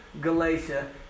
Galatia